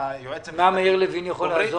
במה מאיר לוין יכול לעזור?